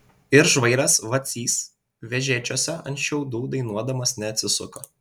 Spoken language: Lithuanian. ir žvairas vacys vežėčiose ant šiaudų dainuodamas neatsisuko